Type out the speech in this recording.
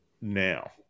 now